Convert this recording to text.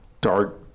dark